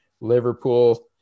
Liverpool